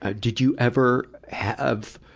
ah did you ever have,